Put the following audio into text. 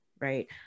right